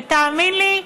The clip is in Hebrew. ותאמין לי,